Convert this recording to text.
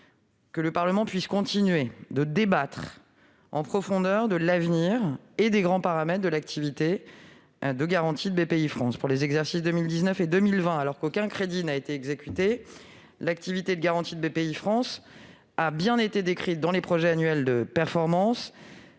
que le Parlement puisse continuer de débattre en profondeur de l'avenir et des grands paramètres de l'activité de garantie de Bpifrance. Pour les exercices 2019 et 2020, alors qu'aucun crédit n'a été exécuté, l'activité de garantie de Bpifrance a bien été décrite dans les projets annuels de performance